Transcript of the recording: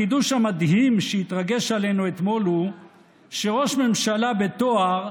החידוש המדהים שהתרגש עלינו אתמול הוא שראש ממשלה בתואר,